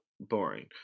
boring